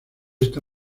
esta